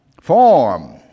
Form